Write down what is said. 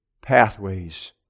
pathways